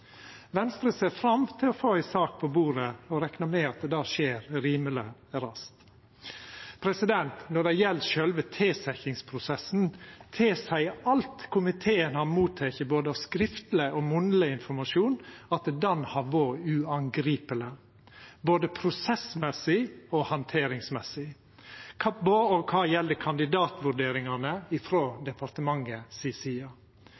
Venstre ser fram til å få ei sak på bordet og reknar med at det skjer rimeleg raskt. Når det gjeld sjølve tilsetjingsprosessen, tilseier alt komiteen har motteke av både skriftleg og munnleg informasjon, at han frå departementet si side har vore uangripeleg med omsyn til både prosess og handtering når det gjeld kandidatvurderingane.